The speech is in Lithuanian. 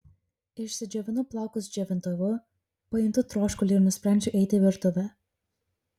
išsidžiovinu plaukus džiovintuvu pajuntu troškulį ir nusprendžiu eiti į virtuvę